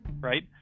right